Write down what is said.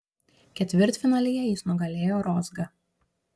ketvirtfinalyje jis nugalėjo rozgą